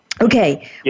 Okay